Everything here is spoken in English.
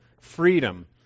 freedom